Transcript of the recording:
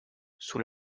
sous